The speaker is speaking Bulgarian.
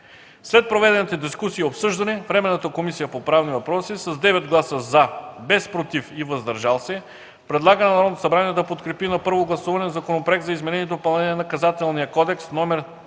След проведената дискусия и обсъждане Временната комисия по правни въпроси с 9 гласа „за”, без „против” и „въздържал се”, предлага на Народното събрание да подкрепи на първо гласуване Законопроект за изменение и допълнение на Наказателния кодекс, №